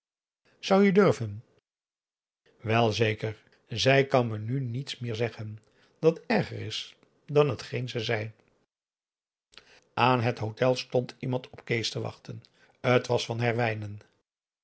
zou je durven wel zeker zij kan me nu niets meer zeggen dat erger is dan hetgeen ze zei aan het hotel stond iemand op kees te wachten t was van herwijnen